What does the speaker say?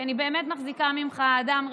כי אני באמת מחזיקה ממך אדם רציני,